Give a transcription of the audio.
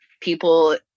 people